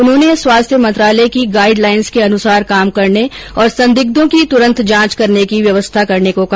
उन्होंने स्वास्थ्य मंत्रालय की गाईड लाईन्स के अनुसार काम करने और संदिग्धों की तुरंत जांच करने की व्यवस्था करने को कहा